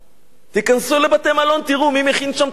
תיכנסו לבתי-מלון, תראו מי מכין שם את החביתות.